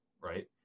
right